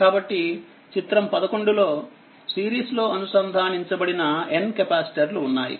కాబట్టిచిత్రం11లో సిరీస్లో అనుసంధానించబడిన n కెపాసిటర్లు ఉన్నాయి